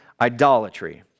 idolatry